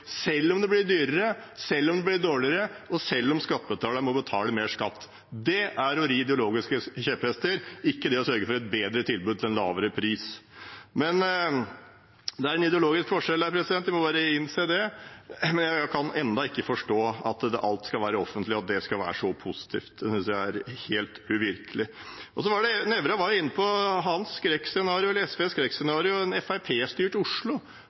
selv om det blir dyrere, selv om det blir dårligere, og selv om skattebetalerne må betale mer skatt. Det er å ri ideologiske kjepphester, ikke det å sørge for et bedre tilbud til en lavere pris. Men det er en ideologisk forskjell her. Vi må bare innse det, men jeg kan ennå ikke forstå at alt skal være offentlig, og at det skal være så positivt. Det synes jeg er helt uvirkelig. Nævra var inne på SVs skrekkscenario: